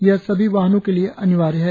यह सभी वाहनों के लिए अनिवार्य है